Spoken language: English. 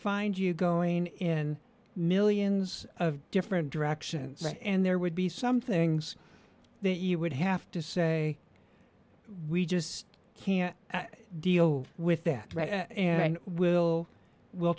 find you going in millions of different directions and there would be some things that you would have to say we just can't deal with that and we'll we'll